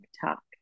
TikTok